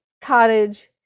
cottage